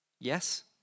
Yes